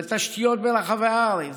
בתשתיות ברחבי הארץ,